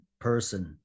person